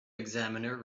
examiner